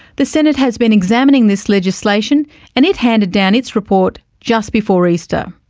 the senate has been examining this legislation and it handed down its report just before easter.